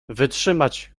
wytrzymać